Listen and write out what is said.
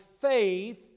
faith